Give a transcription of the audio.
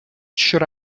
should